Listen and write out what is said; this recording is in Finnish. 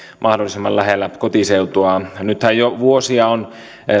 mahdollisimman lähellä kotiseutuaan nythän jo vuosia on